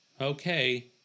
Okay